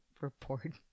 Report